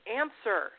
answer